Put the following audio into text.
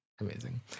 Amazing